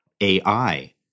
ai